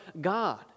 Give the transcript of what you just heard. God